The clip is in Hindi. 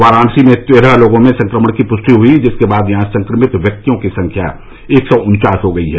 वाराणसी में तेरह लोगों में संक्रमण की पृष्टि हयी है जिसके बाद यहां संक्रमित व्यक्तियों की संख्या एक सौ उन्चास हो गई है